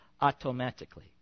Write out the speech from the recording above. automatically